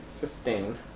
Fifteen